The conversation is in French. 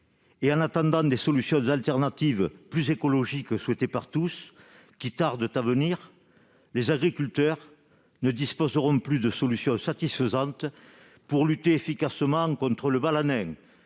et en attendant des solutions alternatives plus écologiques, souhaitées par tous, mais qui tardent à venir, les agriculteurs ne disposeront plus de solution satisfaisante pour lutter efficacement contre le balanin,